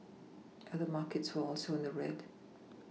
other markets were also in the red